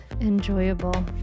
enjoyable